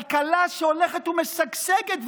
כלכלה שהולכת ומשגשגת.